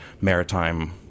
maritime